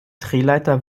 drehleiter